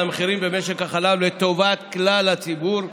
המחירים במשק החלב לטובת כלל הציבור.